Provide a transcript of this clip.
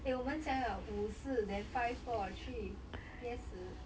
eh 我们加那个五四 then five four three yes